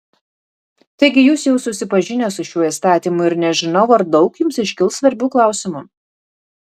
taigi jūs jau susipažinę su šiuo įstatymu ir nežinau ar daug jums iškils svarbių klausimų